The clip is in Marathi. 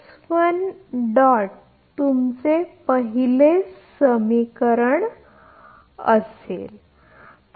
तर हे तुमचे पहिले समीकरण आहे